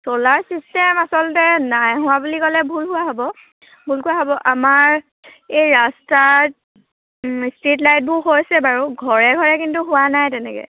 চ'লাৰ system আচলতে নাই হোৱা বুলি ক'লে ভুল হোৱা হ'ব ভুল কোৱা হ'ব আমাৰ এই ৰাস্তাত ষ্ট্ৰীট লাইটবোৰ হৈছে বাৰু ঘৰে ঘৰে কিন্তু হোৱা নাই তেনেকৈ